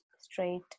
straight